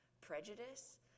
prejudice